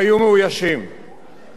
המערכת הצבאית צריכה להיערך לכך.